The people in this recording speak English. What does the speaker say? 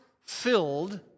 filled